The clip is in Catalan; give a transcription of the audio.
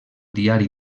diari